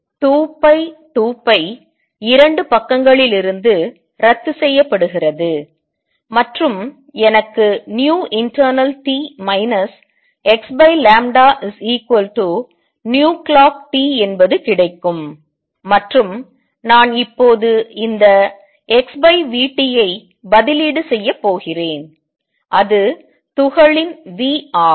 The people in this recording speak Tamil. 2π 2π 2 பக்கங்களில் இருந்து ரத்து செய்யப்படுகிறது மற்றும் எனக்கு internalt xclockt என்பது கிடைக்கும் மற்றும் நான் இப்போது இந்த x v t ஐ பதிலீடுசெய்ய போகிறேன் அது துகளின் v ஆகும்